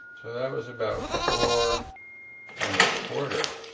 that was about four and a quarter